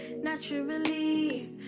naturally